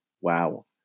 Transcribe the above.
Wow